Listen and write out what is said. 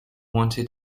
wanted